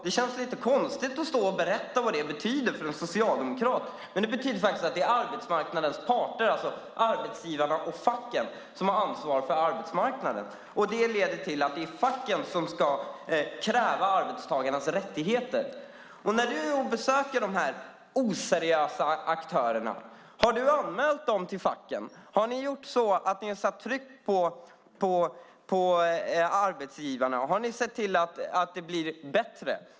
Det känns lite konstigt att stå och berätta för en socialdemokrat vad det betyder, men det betyder faktiskt att det är arbetsmarknadens parter, alltså arbetsgivarna och facken, som har ansvar för arbetsmarknaden. Det leder till att det är facken som ska kräva arbetstagarnas rättigheter. När ni har besökt de oseriösa aktörerna, har ni då anmält dem till facken? Har ni satt tryck på arbetsgivarna? Har ni sett till att det blivit bättre?